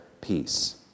peace